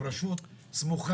הם רשות סמוכה.